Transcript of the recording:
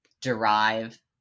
derive